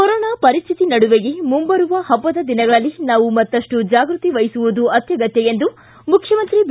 corona ಪರಿಸ್ಥಿತಿ ನಡುವೆಯೇ ಮುಂಬರುವ ಪಬ್ಬದ ದಿನಗಳಲ್ಲಿ ನಾವು ಮತ್ತಷ್ಟು ಜಾಗ್ರತೆ ವಹಿಸುವುದು ಅತ್ಯಗತ್ತ ಎಂದು ಮುಖ್ಚಮಂತ್ರಿ ಬಿ